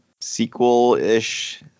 sequel-ish